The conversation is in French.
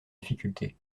difficulté